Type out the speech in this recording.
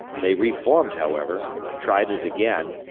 they reformed, however tried it again,